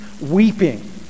weeping